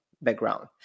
background